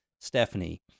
Stephanie